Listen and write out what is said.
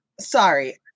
Sorry